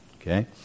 Okay